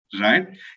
Right